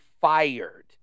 fired